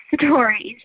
stories